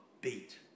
beat